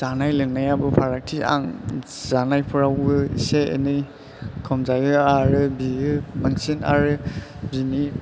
जानाय लोंनायाबो फारागथि आं जानायफोरावबो एसे एनै खम जायो आरो बियो बांसिन आरो बिनि